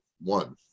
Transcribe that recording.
one